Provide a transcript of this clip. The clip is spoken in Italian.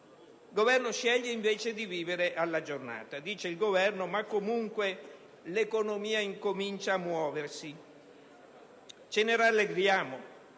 Il Governo sceglie invece di vivere alla giornata affermando che comunque l'economia incomincia a muoversi. Ce ne rallegriamo